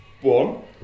one